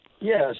Yes